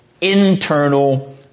internal